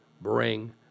bring